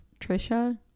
Trisha